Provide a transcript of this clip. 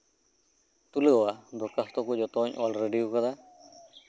ᱛᱩᱞᱟᱣᱟ ᱫᱚᱨᱠᱷᱟᱛᱚ ᱠᱚ ᱡᱚᱛᱚᱧ ᱚᱞ ᱨᱮᱰᱤ ᱟᱠᱟᱫᱟ